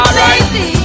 baby